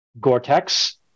Gore-Tex